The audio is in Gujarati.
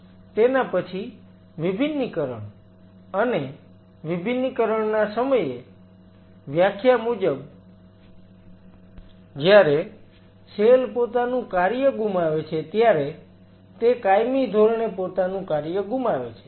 તેના પછી વિભિન્નીકરણ અને વિભિન્નીકરણ ના સમયે વ્યાખ્યા મુજબ જયારે સેલ પોતાનું કાર્ય ગુમાવે છે ત્યારે તે કાયમી ધોરણે પોતાનું કાર્ય ગુમાવે છે